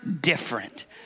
different